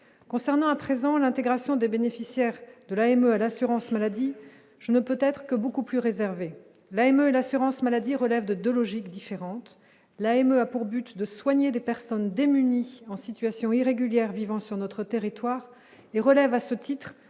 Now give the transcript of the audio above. concernant, à présent, l'intégration des bénéficiaires de l'AME, l'assurance maladie, je ne peut-être que beaucoup plus réservé même l'assurance maladie relèvent de 2 logiques différentes : la ME a pour but de soigner des personnes démunies en situation irrégulière vivant sur notre territoire et relèvent à ce titre